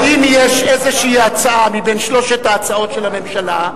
האם יש איזו הצעה מבין שלוש ההצעות של הממשלה,